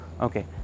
okay